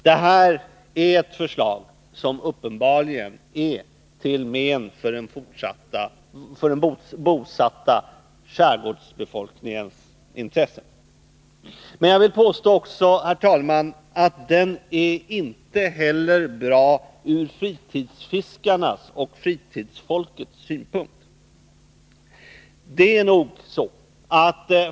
Detta är ett förslag som uppenbarligen är till men för den bofasta skärgårdsbefolkningens intressen. Men jag vill också, herr talman, påstå att den inte heller är bra ur fritidsfiskarnas och fritidsfolkets synpunkt.